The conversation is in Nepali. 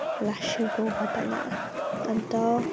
लास्ट इएरको घटना अन्त